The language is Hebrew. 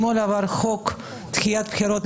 בפועל זה חוק רע.